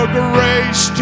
grace